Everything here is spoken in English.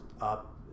up